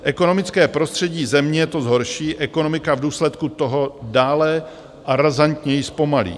Ekonomické prostředí země to zhorší, ekonomika v důsledku toho dále a razantněji zpomalí.